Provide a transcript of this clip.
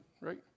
right